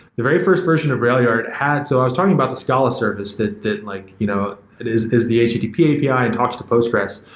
the very first version of railyard had so i was talking about the scala service that that like you know is is the http api and talks to postgres.